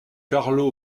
carlo